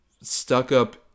stuck-up